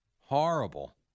Horrible